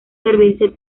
servirse